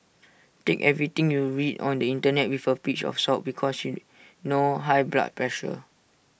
take everything you read on the Internet with A pinch of salt because she know high blood pressure